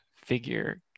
figure